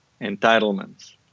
entitlements